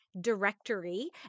Directory